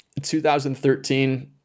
2013